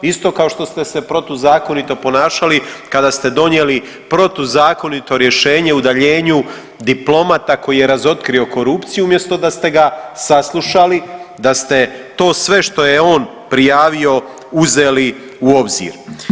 Isto kao što ste se protuzakonito ponašali kada ste donijeli protuzakonito rješenje o udaljenju diplomata koji je razotkrio korupciju umjesto da ste ga saslušali, da ste to sve što je on prijavio uzeli u obzir.